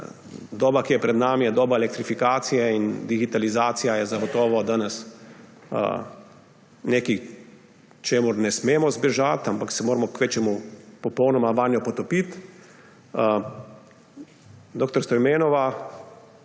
doba, ki je pred nami, je doba elektrifikacije. In digitalizacija je zagotovo danes nekaj, pred čemer ne smemo zbežati, ampak se moramo kvečjemu popolnoma vanjo potopiti. Dr. Stojmenova,